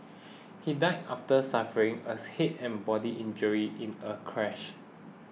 he died after suffering a and body injuries in a crash